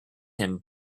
him